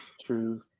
True